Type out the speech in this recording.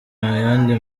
yandi